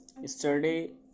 yesterday